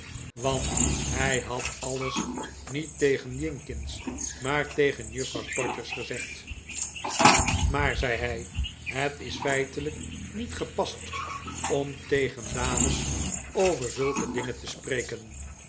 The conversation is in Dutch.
want hij had alles niet tegen jinkins maar tegen juffrouw todgers gezegd maar zei hij m het is feitelijk niet gepast om tegen dames over zulke dingen te spreken